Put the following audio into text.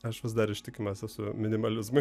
aš vis dar ištikimas esu minimalizmui